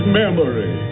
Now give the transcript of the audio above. memory